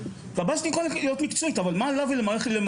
היא יכולה להיות מקצועית אבל מה לה ולמערכת